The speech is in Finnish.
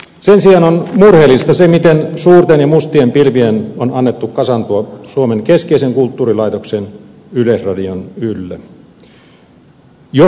sen sijaan on murheellista se miten suurten ja mustien pilvien on annettu kasaantua suomen keskeisen kulttuurilaitoksen yleisradion ylle